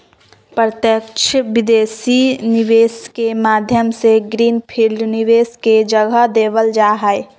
प्रत्यक्ष विदेशी निवेश के माध्यम से ग्रीन फील्ड निवेश के जगह देवल जा हय